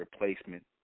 replacement